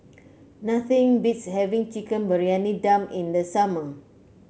nothing beats having Chicken Briyani Dum in the summer